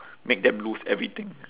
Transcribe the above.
make them lose everything